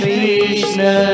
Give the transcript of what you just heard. Krishna